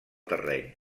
terreny